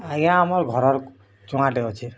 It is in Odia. ଆଜ୍ଞା ଆମର ଘର୍ ଚୁଆଁଟେ ଅଛେ